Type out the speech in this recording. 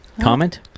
Comment